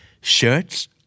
shirts